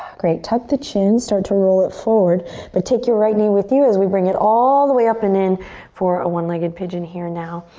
great, tuck the chin. start to roll it forward but take your right knee with you as we bring it all the way up and in for a one-legged pigeon here now.